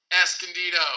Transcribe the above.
Escondido